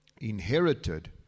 inherited